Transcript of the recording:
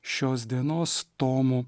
šios dienos tomų